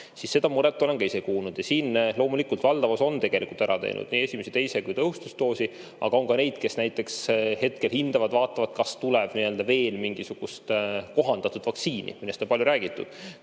siis seda muret olen ka ise kuulnud. Siin loomulikult valdav osa on tegelikult ära teinud nii esimese, teise kui ka tõhustusdoosi, aga on ka neid, kes näiteks hetkel hindavad, vaatavad, kas tuleb veel mingisugust kohandatud vaktsiini, millest on palju räägitud.